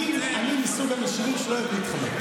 אני מסוג המשיבים שלא אוהבים להתחמק,